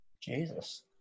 Jesus